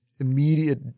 immediate